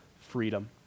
freedom